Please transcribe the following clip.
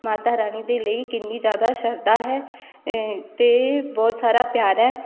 ਮਾਤਾ ਰਾਣੀ ਦੇ ਲਈ ਕਿੰਨੀ ਜ਼ਿਆਦਾ ਸ਼ਰਧਾ ਹੈ ਅਤੇ ਬਹੁਤ ਸਾਰਾ ਪਿਆਰ ਹੈ